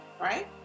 right